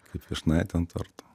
kaip vyšnaitė ant torto